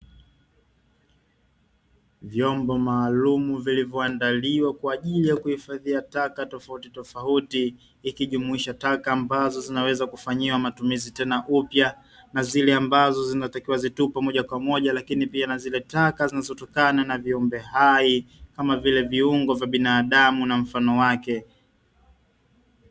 Vyombo maalumu vilivyoandaliwa kwa ajili ya kuhifadhia taka tofautitofauti, ikijumuisha taka ambazo zinaweza kufanyiwa matumizi tena upya, na zile ambazo zinatakiwa zitupwe moja kwa moja, lakini pia na zile taka zinazotokana na viumbe hai, kama vile viungo vya binadamu na mfano wake.